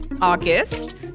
august